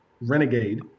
Renegade